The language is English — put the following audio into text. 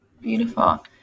Beautiful